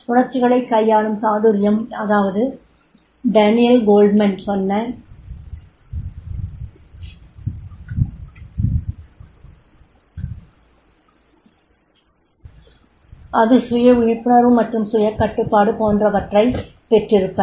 உணர்ச்சிகளைக் கையாளும் சாதுரியம் அதாவது டேனியல் கோல்மேன் சொன்ன அது சுய விழிப்புணர்வு மற்றும் சுய கட்டுப்பாடு போன்றவற்றைப் பெற்றிருப்பர்